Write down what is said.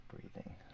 breathing